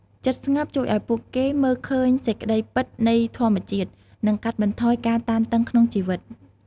ចិត្តស្ងប់ជួយឱ្យពួកគេមើលឃើញសេចក្តីពិតនៃធម្មជាតិ និងកាត់បន្ថយការតានតឹងក្នុងជីវិត។